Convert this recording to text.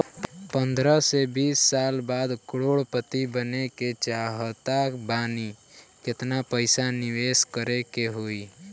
पंद्रह से बीस साल बाद करोड़ पति बने के चाहता बानी केतना पइसा निवेस करे के होई?